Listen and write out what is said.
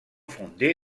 fondé